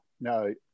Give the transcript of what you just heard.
no